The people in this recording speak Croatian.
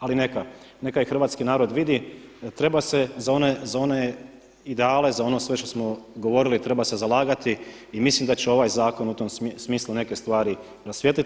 Ali neka, neka hrvatski narod vidi, treba se za one ideale, za ono sve što smo govorili treba se zalagati i mislim da će ovaj zakon u tom smislu neke stvari rasvijetliti.